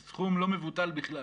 זה סכום לא מבוטל בכלל.